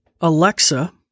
Alexa